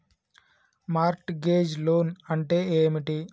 Mart gauge loan అంటే ఏమిటి?